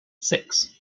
six